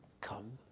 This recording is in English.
come